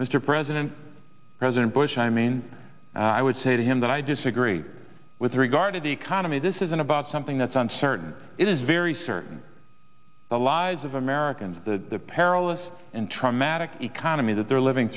mr president president bush i mean i would say to him that i disagree with regard to the economy this isn't about something that's uncertain it is very certain the lives of americans the perilous and traumatic economy that they're living